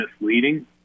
misleading